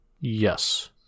Yes